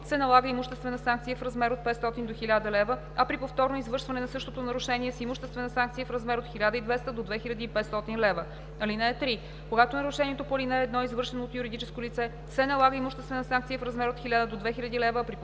се налага имуществена санкция в размер от 500 до 1000 лв., а при повторно извършване на същото нарушение – с имуществена санкция в размер от 1200 до 2500 лв. (3) Когато нарушението по ал. 1 е извършено от юридическо лице, се налага имуществена санкция в размер от 1000 до 2000 лв.,